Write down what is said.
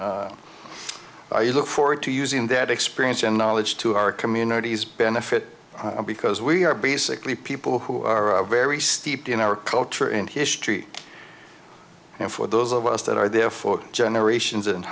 i look forward to using that experience and knowledge to our communities benefit because we are basically people who are very steeped in our culture and history and for those of us that are there for generations and